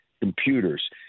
computers